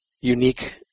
unique